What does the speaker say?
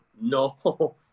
No